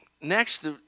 Next